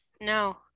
No